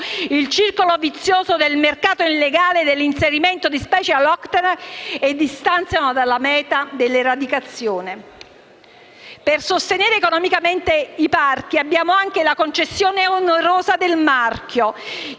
il circolo vizioso del mercato illegale dell'inserimento di specie alloctone e distanziano dalla meta dell'eradicazione. Per sostenere economicamente i parchi abbiamo anche la concessione onerosa del marchio,